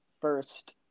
first